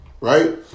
Right